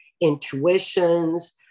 intuitions